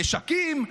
נשקים,